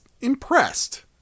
impressed